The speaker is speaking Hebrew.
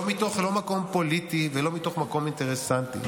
לא מתוך מקום פוליטי ולא מתוך מקום אינטרסנטי.